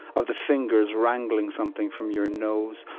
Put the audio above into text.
of the fingers wrangling something from your nose,